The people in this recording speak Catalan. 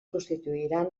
constituiran